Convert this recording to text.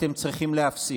אתם צריכים להפסיק.